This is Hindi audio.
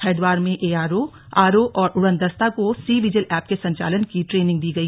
हरिद्वार में एआरओ आरओ और उड़नदस्ता को सी विजिल ऐप के संचालन की ट्रेनिंग दी गई